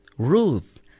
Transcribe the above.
ruth